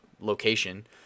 location